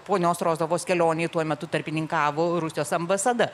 ponios rozovos kelionei tuo metu tarpininkavo rusijos ambasada